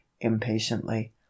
impatiently